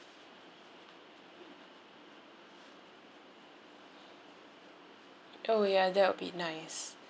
oh ya that would be be nice